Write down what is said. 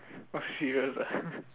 !wah! serious ah